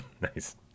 Nice